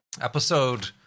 Episode